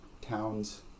towns